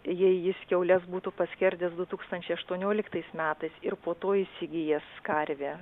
jei jis kiaules būtų paskerdęs du tūkstančiai aštuonioliktais metais ir po to įsigijęs karvę